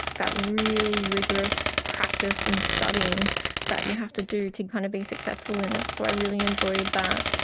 that really rigorous practice and studying that you have to do to kind of be successful in it. so i really enjoyed that.